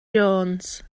jones